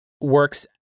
works